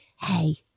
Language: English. hey